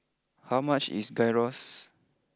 how much is Gyros